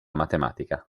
matematica